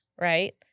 right